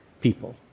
people